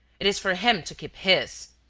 it is for him to keep his.